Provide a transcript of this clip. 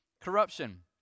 corruption